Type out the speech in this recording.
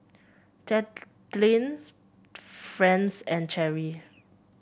Franz and Cherri